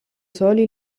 soli